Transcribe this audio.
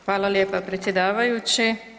Hvala lijepa predsjedavajući.